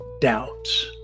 Doubts